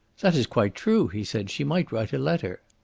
that is quite true, he said. she might write a letter.